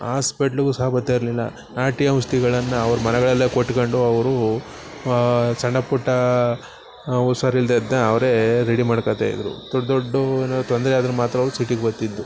ಹಾಸ್ಪೆಟ್ಲಿಗೂ ಸಹ ಬತ್ತ ಇರಲಿಲ್ಲ ನಾಟಿ ಔಷಧಿಗಳನ್ನ ಅವ್ರ ಮನೆಗಳಲ್ಲೆ ಕೊಟ್ಕೊಂಡು ಅವರು ಸಣ್ಣ ಪುಟ್ಟ ಹುಷಾರು ಇಲ್ದೇ ಇದ್ದ ಅವರೇ ರೆಡಿ ಮಾಡ್ಕೋತ ಇದ್ದರು ದೊಡ್ಡ ದೊಡ್ಡ ಏನರು ತೊಂದರೆ ಆದ್ರೆ ಮಾತ್ರ ಅವ್ರು ಸಿಟಿಗೆ ಬರ್ತಿದ್ದು